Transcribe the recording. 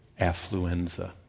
affluenza